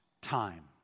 time